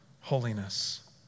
holiness